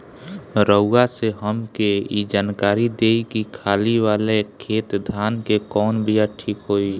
रउआ से हमके ई जानकारी देई की खाले वाले खेत धान के कवन बीया ठीक होई?